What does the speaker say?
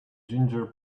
ginger